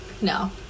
no